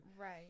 Right